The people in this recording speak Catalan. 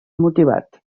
motivat